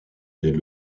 est